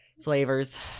flavors